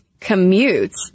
commutes